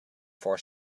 four